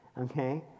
okay